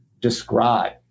describe